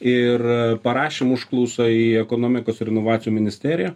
ir parašėm užklausą į ekonomikos ir inovacijų ministeriją